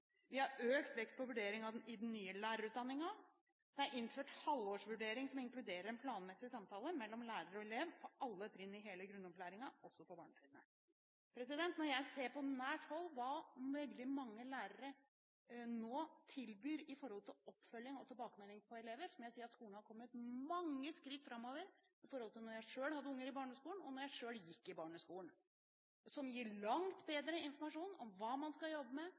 Vi har lagt økt vekt på vurdering i den nye lærerutdanningen. Det er innført halvårsvurdering som inkluderer en planmessig samtale mellom lærer og elev på alle trinn i hele grunnopplæringen, også på barnetrinnet. Når jeg ser på nært hold hva veldig mange lærere nå tilbyr når det gjelder oppfølging og det å gi elever tilbakemelding, må jeg si at skolen har kommet mange skritt framover siden jeg selv hadde unger i barneskolen, og siden jeg selv gikk i barneskolen. Man gir langt bedre informasjon om hva man skal jobbe med,